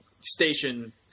station